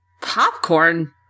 Popcorn